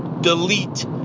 delete